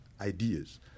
ideas